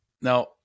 Now